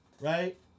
Right